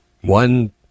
One